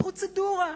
פרוצדורה.